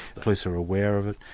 the police are aware of it,